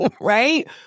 right